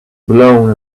blown